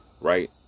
Right